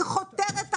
היא חותרת תחתיו,